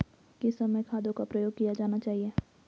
किस समय खादों का प्रयोग किया जाना चाहिए?